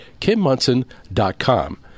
KimMunson.com